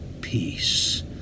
peace